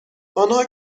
آنها